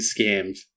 scammed